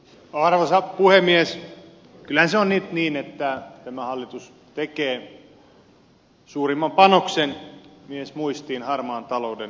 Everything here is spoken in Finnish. kyllähän se on nyt niin että tämä hallitus tekee suurimman panoksen miesmuistiin harmaan talouden torjuntaan